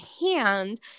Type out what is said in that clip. hand